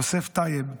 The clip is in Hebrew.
יוסף טייב,